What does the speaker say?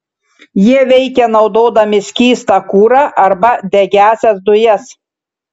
jie veikia naudodami skystą kurą arba degiąsias dujas